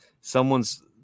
Someone's